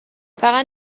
فقط